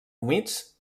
humits